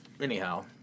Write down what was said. anyhow